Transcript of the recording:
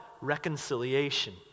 reconciliation